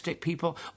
people